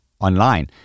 online